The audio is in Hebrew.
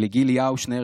היא לגילי האושנר,